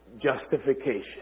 justification